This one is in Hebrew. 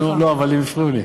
לא, אבל הם הפריעו לי.